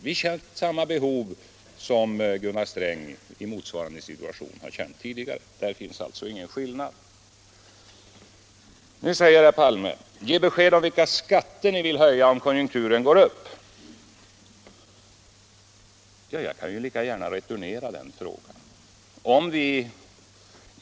Vi känner alltså samma behov som Gunnar Sträng i motsvarande situation har känt tidigare. Det finns ingen skillnad. Nu säger herr Palme: Ge besked om vilka skatter ni vill höja, om konjunkturen går upp! Jag kan lika gärna returnera den uppmaningen.